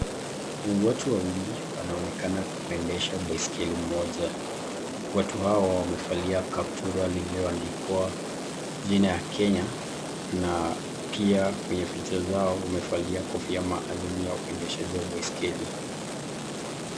Watu wawili wanaonekana kuendesha baiskeli mmoja. Watu hawa wamevalia kaptura lililoandikwa jina ya Kenya na pia kwenye vichwa vyao wamevalia kofia maalum ya uendeshaji wa baiskeli.